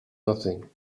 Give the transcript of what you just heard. nothing